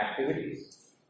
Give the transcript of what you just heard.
activities